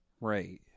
right